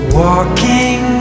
walking